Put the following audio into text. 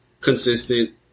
consistent